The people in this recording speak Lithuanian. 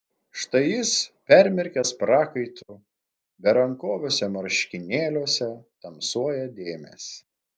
štai jis permirkęs prakaitu berankoviuose marškinėliuose tamsuoja dėmės